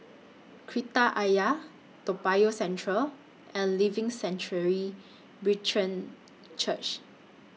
Kreta Ayer Toa Payoh Central and Living Sanctuary Brethren Church